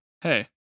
hey